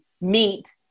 meet